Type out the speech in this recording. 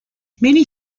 many